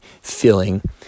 feeling